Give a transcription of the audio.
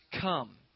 come